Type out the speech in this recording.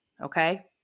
Okay